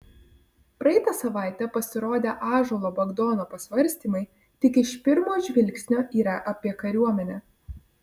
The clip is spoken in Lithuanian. praeitą savaitę pasirodę ąžuolo bagdono pasvarstymai tik iš pirmo žvilgsnio yra apie kariuomenę